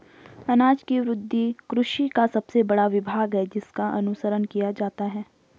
अनाज की वृद्धि कृषि का सबसे बड़ा विभाग है जिसका अनुसरण किया जाता है